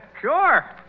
Sure